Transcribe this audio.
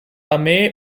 armee